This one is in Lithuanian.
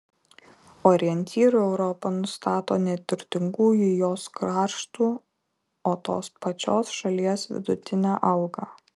orientyru europa nustato ne turtingųjų jos kraštų o tos pačios šalies vidutinę algą